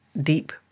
deep